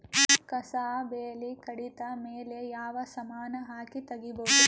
ಕಸಾ ಬೇಲಿ ಕಡಿತ ಮೇಲೆ ಯಾವ ಸಮಾನ ಹಾಕಿ ತಗಿಬೊದ?